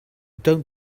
don’t